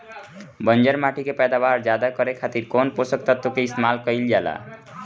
बंजर माटी के पैदावार ज्यादा करे खातिर कौन पोषक तत्व के इस्तेमाल कईल जाला?